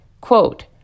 Quote